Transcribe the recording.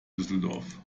düsseldorf